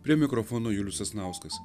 prie mikrofono julius sasnauskas